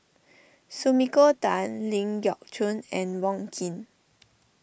Sumiko Tan Ling Geok Choon and Wong Keen